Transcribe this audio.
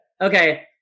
okay